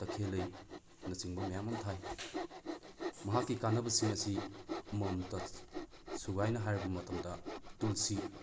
ꯇꯥꯈꯦꯜꯂꯩꯅꯆꯤꯡꯕ ꯃꯌꯥꯝ ꯑꯃ ꯊꯥꯏ ꯃꯍꯥꯛꯀꯤ ꯀꯥꯟꯅꯕꯁꯤꯡ ꯑꯁꯤ ꯑꯃꯃꯝꯇ ꯁꯨꯒꯥꯏꯅ ꯍꯥꯏꯔꯕ ꯃꯇꯝꯗ ꯇꯨꯜꯁꯤ